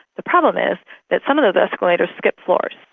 the problem is that some of those escalators skip floors.